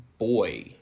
boy